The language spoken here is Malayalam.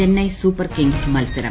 ചെന്നൈ സൂപ്പർ കിങ്സ് മത്സരം